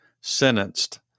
sentenced